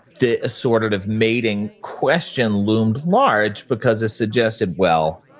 the assorted of mating question loomed large because it suggested, well,